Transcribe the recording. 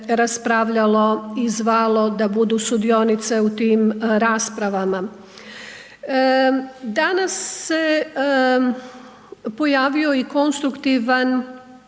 raspravljalo i zvalo da budu sudionice u tim raspravama. Danas se pojavio i konstruktivan